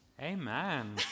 Amen